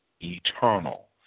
eternal